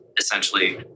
essentially